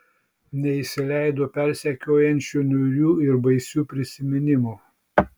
neįsileido persekiojančių niūrių ir baisių prisiminimų